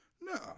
no